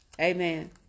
Amen